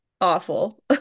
awful